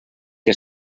que